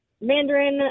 Mandarin